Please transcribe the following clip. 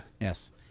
Yes